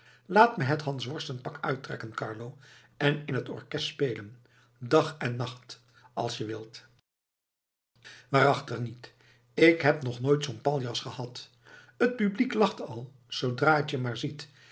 laat me het hansworstenpak uittrekken carlo en in het orkest spelen dag en nacht als je wilt waarachtig niet ik heb nog nooit zoo'n paljas gehad t publiek lacht al zoodra het je maar ziet